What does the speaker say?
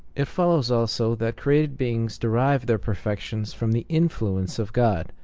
it follows also that created beings derive their perfections from the influence of god,